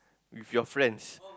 with your friends